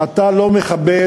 אתה לא מכבד,